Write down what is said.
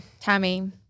Tammy